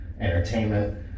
entertainment